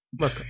Look